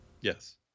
Yes